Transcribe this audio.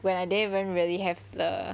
when I didn't even really have the